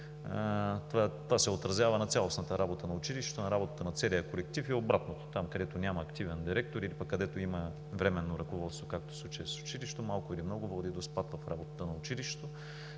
това се отразява на цялостната работа на училището, на работата на целия колектив и обратното – там, където няма активен директор, или пък където има временно ръководство, както в случая с училището, малко или много води до спад в работата на училището.